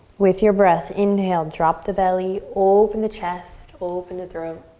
with your breath inhale, drop the belly, open the chest, open the throat.